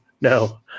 no